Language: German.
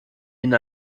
ihnen